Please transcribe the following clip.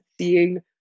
seeing